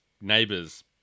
neighbors